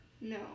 no